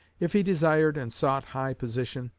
if he desired and sought high position,